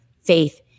faith